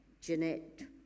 Jeanette